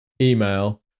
email